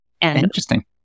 Interesting